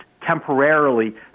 temporarily